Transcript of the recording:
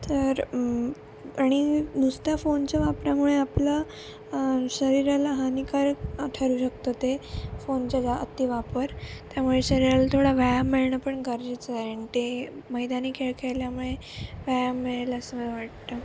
तर आणि नुसत्या फोनच्या वापरामुळे आपलं शरीराला हानिकारक ठरू शकतं ते फोनच्या ज्या अतिवापर त्यामुळे शरीराला थोडा व्यायाम मिळणं पण गरजेचं आहे आणि ते मैदानी खेळ खेळल्यामुळे व्यायाम मिळेल असं मला वाटतं